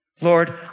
Lord